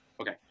Okay